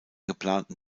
geplanten